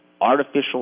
artificial